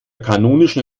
kanonischen